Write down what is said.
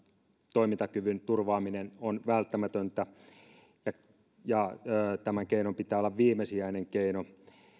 toimintakyvyn turvaaminen on välttämätöntä tämän keinon pitää olla viimesijainen keino